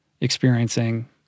experiencing